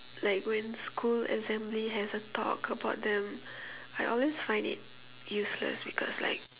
like when school assembly has a talk about them I always find it useless because like